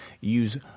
Use